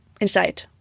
inside